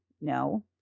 No